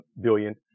billion